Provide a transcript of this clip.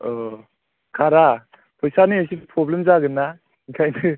ओ कारआ फैसानि एसे प्रब्लेम जागोन ना ओंखायनो